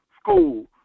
school